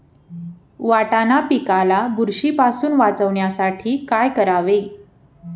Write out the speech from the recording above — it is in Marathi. वाटाणा पिकाला बुरशीपासून वाचवण्यासाठी काय करावे?